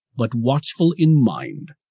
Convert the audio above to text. but watchful in mind,